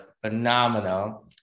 phenomenal